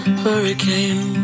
hurricane